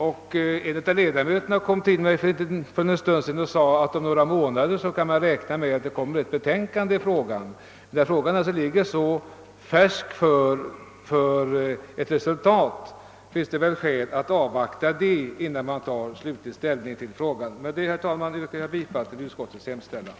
En av utredningens ledamöter sade nyss till mig, att vi inom några månader kan vänta ett betänkande i ärendet. När utredningens resultat är så nära förestående, finns det väl skäl att först avvakta detta, innan vi tar slutgiltig ställning i frågan. Herr talman! Med detta ber jag att få yrka bifall till utskottets hemställan.